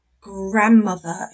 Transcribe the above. grandmother